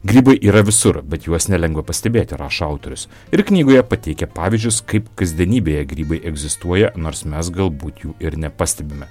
grybai yra visur bet juos nelengva pastebėti rašo autorius ir knygoje pateikia pavyzdžius kaip kasdienybėje grybai egzistuoja nors mes galbūt jų ir nepastebime